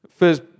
first